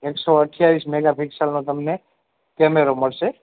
એકસો અઠ્ઠાવીસ મેગા પિક્સેલનો તમને કેમેરો મળશે